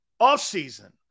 offseason